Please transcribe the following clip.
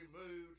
removed